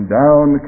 down